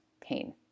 pain